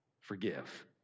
forgive